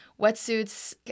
wetsuits